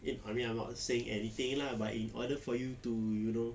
I mean I'm not saying anything lah but in order for you to you know